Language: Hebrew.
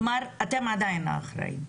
כלומר אתם עדיין האחראים.